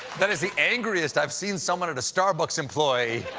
that is the angriest i've seen someone at a starbucks employee